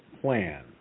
plan